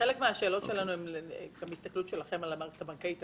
חלק מהשאלות שלנו הן גם מההסתכלות שלכם על המערכת הבנקאית.